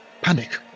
Panic